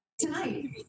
tonight